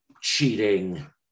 cheating